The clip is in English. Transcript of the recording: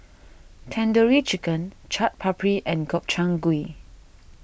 Tandoori Chicken Chaat Papri and Gobchang Gui